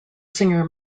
singer